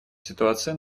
ситуация